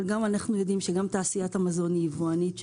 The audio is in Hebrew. אבל אנחנו יודעים שגם תעשיית המזון היא יבואנית,